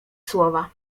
słowa